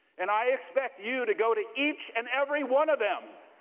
and i expect you to go to each and every one of them.